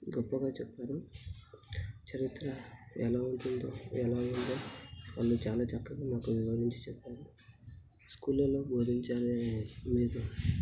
గొప్పగా చెప్పారు చరిత్ర ఎలా ఉంటుందో ఎలా ఉందో వాళ్ళు చాలా చక్కగా మాకు వివరించి చెప్పారు స్కూళ్ళలో బోధించాలి అనేది